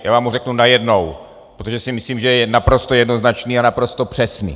Já vám ho řeknu najednou, protože si myslím, že je naprosto jednoznačný a naprosto přesný.